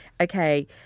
Okay